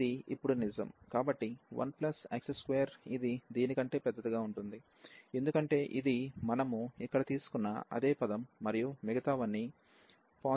కాబట్టి 1x2 ఇది దీని కంటే పెద్దదిగా ఉంటుంది ఎందుకంటే ఇది మనము ఇక్కడ తీసుకున్న అదే పదం మరియు మిగతావన్నీ పాజిటివ్ పదాలు